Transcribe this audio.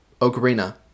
Ocarina